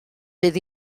bydd